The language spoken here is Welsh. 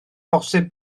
posib